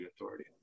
authority